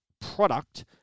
product